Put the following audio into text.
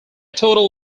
total